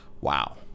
Wow